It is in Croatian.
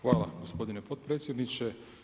Hvala gospodine potpredsjedniče.